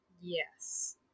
Yes